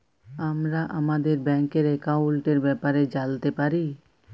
আমরা আমাদের ব্যাংকের একাউলটের ব্যাপারে জালতে পারি